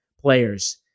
players